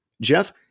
Jeff